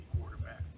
quarterback